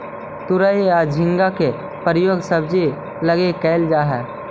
तुरई या झींगा के प्रयोग सब्जी लगी कैल जा हइ